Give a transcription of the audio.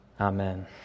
Amen